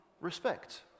respect